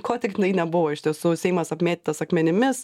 ko tiktai nebuvo iš tiesų seimas apmėtytas akmenimis